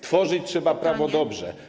Tworzyć trzeba prawo dobrze.